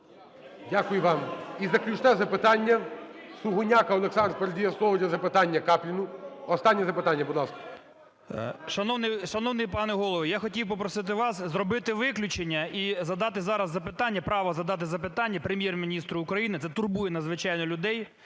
Дякую вам. І заключне запитання. Сугоняко Олександр передає слово для запитання Капліну. Останнє запитання. Будь ласка. 20:23:18 КАПЛІН С.М. Шановний пане Голово, я хотів попросити вас зробити виключення і задати зараз запитання, право задати запитання Прем’єр-міністру України, це турбує надзвичайно людей.